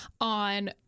on